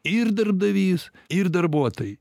ir darbdavys ir darbuotojai